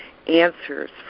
answers